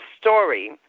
story